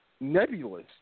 nebulous